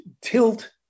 tilt